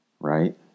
right